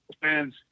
fans